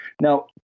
Now